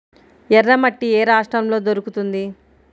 ఎర్రమట్టి ఏ రాష్ట్రంలో దొరుకుతుంది?